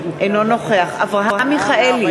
אינו נוכח אברהם מיכאלי,